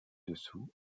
dessous